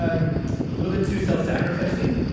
um little bit too self-sacrificing?